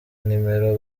numero